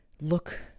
look